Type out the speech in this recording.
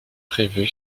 prévue